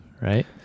right